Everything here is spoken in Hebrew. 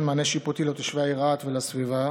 מענה שיפוטי לתושבי העיר רהט ולסביבה.